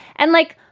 and like,